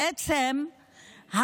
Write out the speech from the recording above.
בעצם,